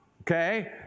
okay